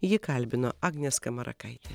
jį kalbino agnė skamarakaitė